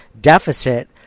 deficit